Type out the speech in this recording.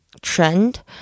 trend